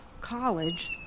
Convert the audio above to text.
college